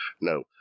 No